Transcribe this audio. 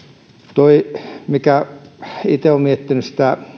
itse olen miettinyt